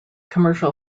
commercial